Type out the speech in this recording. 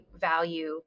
value